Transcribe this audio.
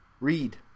Read